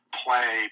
play